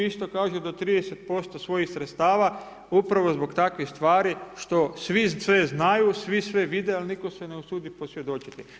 Isto kažu do 30% svojih sredstava upravo zbog takvih stvari, što svi sve znaju, svi sve vide, ali nitko se ne usudi posvjedočiti.